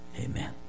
Amen